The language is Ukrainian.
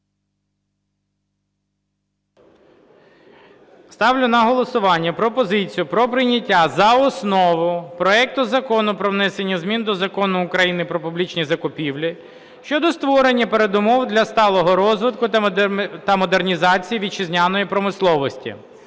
Ставлю на голосування пропозицію про прийняття за основу проект Закону про внесення змін до Закону України "Про публічні закупівлі" щодо створення передумов для сталого розвитку та модернізації вітчизняної промисловості